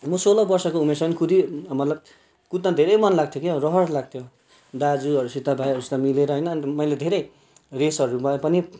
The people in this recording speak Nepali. म सोह्र वर्षको उमेरसम्म कुदी मतलब कुद्न धेरै मन लाग्थ्यो क्या हो रहर लाग्थ्यो दाजुहरूसित भाइहरू सब मिलेर होइन मैले धेरै रेसहरूमा पनि